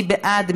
מי בעד?